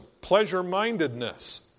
pleasure-mindedness